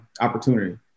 opportunity